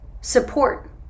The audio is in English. support